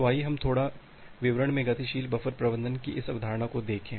तो आइए हम थोड़ा विवरण में गतिशील बफर प्रबंधन की इस अवधारणा को देखें